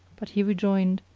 but he rejoined,